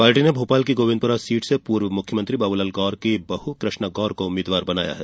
party ने भोपाल की Govindpura seat से पूर्व मुख्यमंत्री बाबूलाल गौर की बह कृष्णा गौर को उम्मीदवार बनाया है